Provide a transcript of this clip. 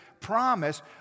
promise